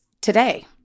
today